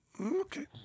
Okay